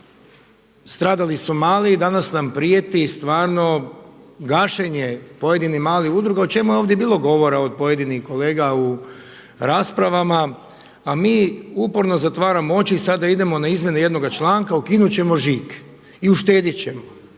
Stradali su mali i danas nam prijeti stvarno gašenje pojedinih malih udruga o čemu je ovdje bilo govora od pojedinih kolega u raspravama. A mi uporno zatvaramo oči i sada idemo na izmjene jednoga članka, ukinuti ćemo žig i uštedjet ćemo.